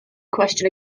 question